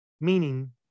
Meaning